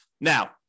Now